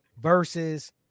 versus